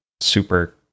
super